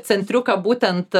centriuką būtent